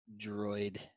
droid